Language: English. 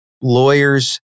Lawyers